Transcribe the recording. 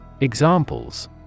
Examples